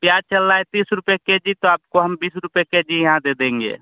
प्याज़ चल रहा है तीस रुपये के जी तो आपको हम बीस रुपये के जी यहाँ दे देंगे